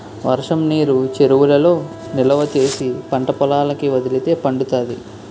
వర్షంనీరు చెరువులలో నిలవా చేసి పంటపొలాలకి వదిలితే పండుతాది